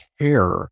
care